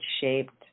shaped